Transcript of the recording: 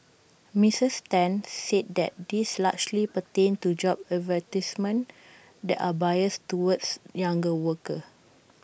Mrs ten said that these largely pertained to job advertisements that are biased towards younger workers